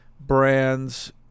brands